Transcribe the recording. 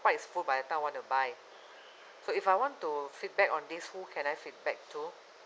park is full by the time I want to buy so if I want to feedback on this who can I feedback to